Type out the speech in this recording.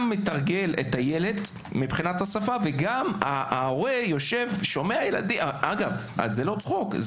גם מתרגל את הילד מבחינת השפה וגם ההורה זה קשה